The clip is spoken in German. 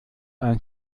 ein